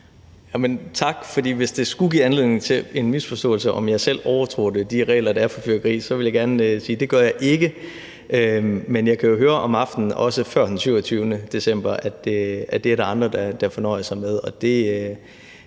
Tak. Hvis det skulle give anledning til en misforståelse, i forhold til om jeg selv overtræder de regler, der er for fyrværkeri, vil jeg gerne sige, at det gør jeg ikke. Men jeg kan jo høre om aftenen, også før den 27. december, at det er der andre, der fornøjer sig med,